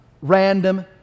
random